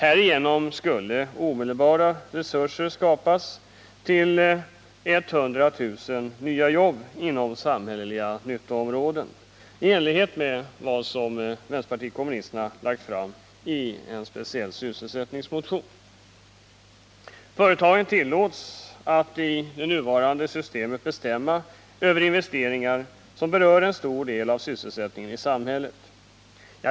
Härigenom skulle omedelbart resurser skapas till 100 000 nya jobb inom samhälleliga nyttoområden, i enlighet med vad vänsterpartiet kommunisterna har lagt fram i en speciell sysselsättningsmotion. Företagen tillåts i nuvarande system att bestämma över investeringar som berör en stor del av sysselsättningen i samhället.